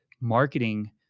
marketing